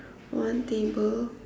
one table